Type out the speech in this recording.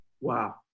Wow